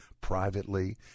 privately